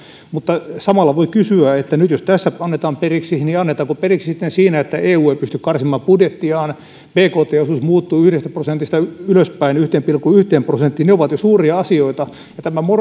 mutta samalla voi kysyä että jos nyt tässä annetaan periksi niin annetaanko periksi sitten siinä että eu ei pysty karsimaan budjettiaan bkt osuus muuttuu yhdestä prosentista ylöspäin yhteen pilkku yhteen prosenttiin ne ovat jo suuria asioita ja tuleeko tämä